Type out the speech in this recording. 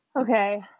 Okay